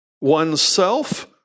oneself